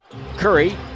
Curry